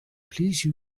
please